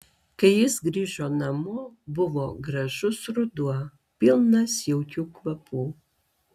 kai jis grįžo namo buvo gražus ruduo pilnas jaukių kvapų